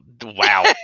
Wow